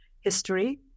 history